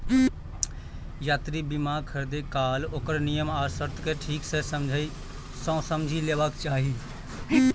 यात्रा बीमा खरीदै काल ओकर नियम आ शर्त कें ठीक सं समझि लेबाक चाही